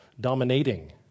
Dominating